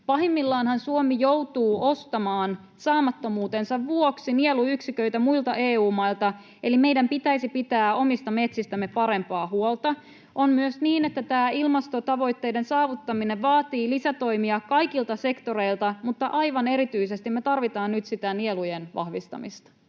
Pahimmillaanhan Suomi joutuu ostamaan saamattomuutensa vuoksi nieluyksiköitä muilta EU-mailta, eli meidän pitäisi pitää omista metsistämme parempaa huolta. On myös niin, että tämä ilmastotavoitteiden saavuttaminen vaatii lisätoimia kaikilta sektoreilta, mutta aivan erityisesti me tarvitaan nyt sitä nielujen vahvistamista.